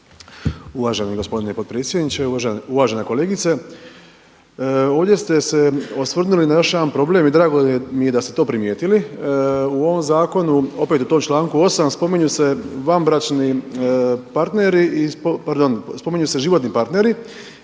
Uvaženi gospodine potpredsjedniče, uvažana kolegice ovdje ste se osvrnuli na još jedan problem i drago mi je da ste to primijetili. U ovom zakonu opet u tom članku 8. spominju se vanbračni partneri,